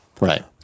right